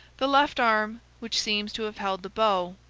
the left arm, which seems to have held the bow,